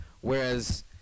whereas